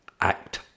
Act